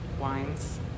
wines